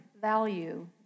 value